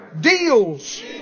deals